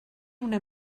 una